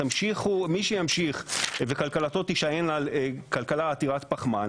מי שימשיך וכלכלתו תישען על כלכלה עתירת פחמן,